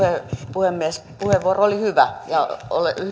puhemies puheenvuoro oli hyvä ja